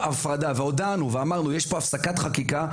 הודענו ואמרנו שיש פה הפסקת חקיקה,